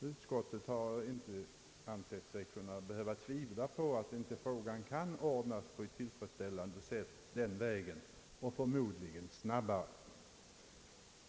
Utskottet har inte ansett sig behöva tvivla på att frågan skulle kunna ordnas på ett tillfredsställande sätt den vägen, förmodliges dessutom snabbare.